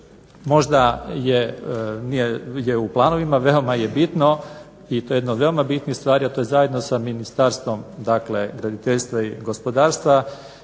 možda je u planovima, veoma je bitno i to je jedna od veoma bitnih stvari, a to je zajedno sa Ministarstvom graditeljstva i gospodarstva